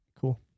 cool